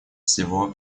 всего